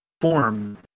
form